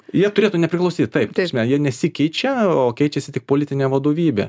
jie turėtų nepriklausyt taip ta prasme jie nesikeičia o keičiasi tik politinė vadovybė